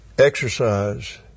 exercise